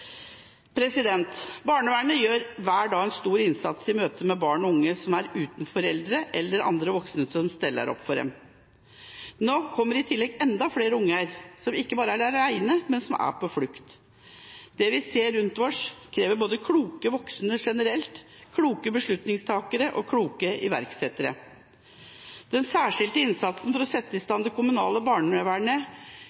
Barnevernet gjør hver dag en stor innsats i møtet med barn og unge som er uten foreldre eller andre voksne som stiller opp for dem. Nå kommer i tillegg enda flere barn som ikke bare er alene, men som er på flukt. Det vi ser rundt oss, krever både kloke voksne generelt, kloke beslutningstakere og kloke iverksettere. Den særskilte innsatsen for å sette det kommunale barnevernet i bedre stand,